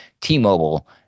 T-Mobile